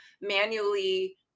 manually